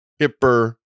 hipper